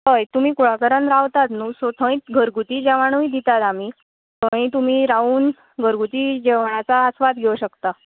हय तुमी कुळाघरांन रावतात न्हय सो थंय घरगूती जेवणूय दितात आमी थंय तुमी रावन घरगूती जेवणाचो आस्वाद घेवं शकता